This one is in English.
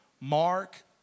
Mark